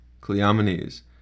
Cleomenes